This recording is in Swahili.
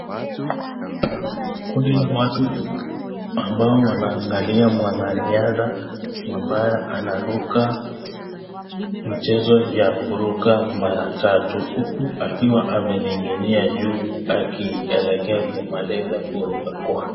Kundi la watu ambao wanaangalia mwanariadha ambao anaruka ni mchezo wa kuruka mara tatu huku akiwa ameninginia huko juu akielekea kumaliza kuruka kwake.